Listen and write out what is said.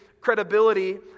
credibility